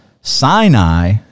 Sinai